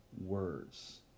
words